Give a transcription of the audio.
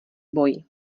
boj